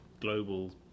global